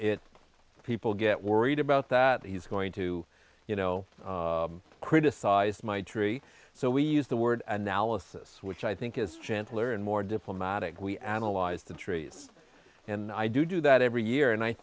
it's people get worried about that he's going to you know criticize my tree so we use the word analysis which i think is gentler and more diplomatic we analyzed the trees and i do do that every year and i